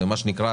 באירוע